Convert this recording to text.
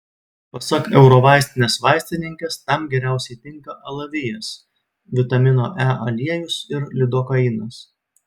pasak eurovaistinės vaistininkės tam geriausiai tinka alavijas vitamino e aliejus ir lidokainas